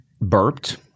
burped